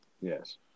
Yes